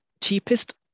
cheapest